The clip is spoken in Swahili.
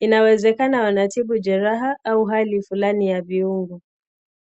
Inawezekana wanatibu jeraha au hali fulani ya viungo.